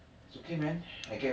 ya the others lah ya lor